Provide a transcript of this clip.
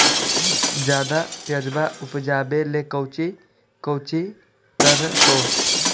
ज्यादा प्यजबा उपजाबे ले कौची कौची कर हो?